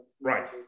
Right